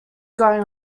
going